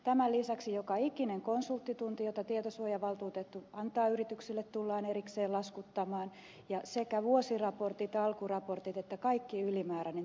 tämän lisäksi joka ikinen konsulttitunti jonka tietosuojavaltuutettu antaa yrityksille tullaan erikseen laskuttamaan ja sekä vuosiraportit alkuraportit että kaikki ylimääräinen työ tullaan raportoimaan